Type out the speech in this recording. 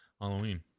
halloween